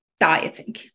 dieting